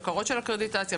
בקרות של קרדיטציה,